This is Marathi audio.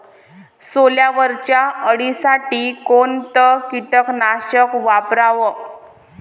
सोल्यावरच्या अळीसाठी कोनतं कीटकनाशक वापराव?